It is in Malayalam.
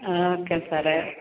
ആ ഓക്കേ സാറേ